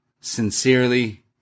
Sincerely